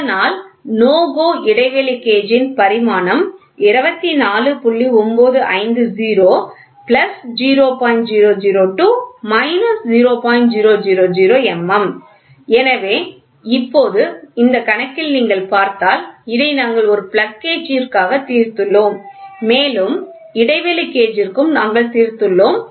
இதனால் NO GO இடைவெளி கேஜின் பரிமாணம் எனவே இப்போது இந்த கணக்கில் நீங்கள் பார்த்தால் இதை நாங்கள் ஒரு பிளக் கேஜிற்காகத் தீர்த்துள்ளோம் மேலும் இடைவெளி கேஜி ற்கும் நாங்கள் தீர்த்துள்ளோம்